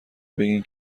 بگین